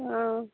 ஆ